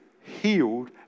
healed